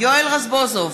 יואל רזבוזוב,